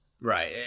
Right